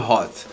Hot